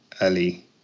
Ali